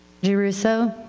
jeruso,